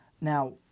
Now